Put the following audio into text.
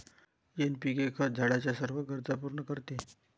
NPK खत झाडाच्या सर्व गरजा पूर्ण करते